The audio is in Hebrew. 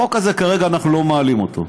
החוק הזה, אנחנו כרגע אנחנו לא מעלים אותו,